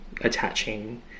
attaching